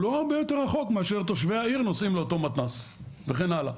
לא הרבה יותר רחוק מאשר תושבי העיר נוסעים לאותו מתנ"ס וכן הלאה.